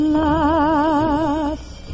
last